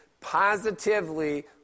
positively